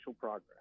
progress